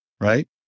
right